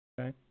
okay